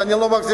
אני לא מחזיק.